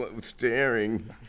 staring